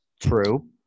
true